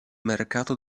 mercato